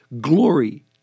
glory